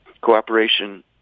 cooperation